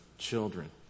children